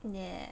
ya